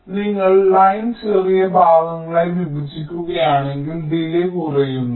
അതിനാൽ നിങ്ങൾ ലൈൻ ചെറിയ ഭാഗങ്ങളായി വിഭജിക്കുകയാണെങ്കിൽ ഡിലേയ്യ് കുറയുന്നു